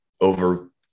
over